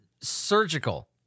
surgical-